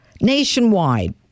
Nationwide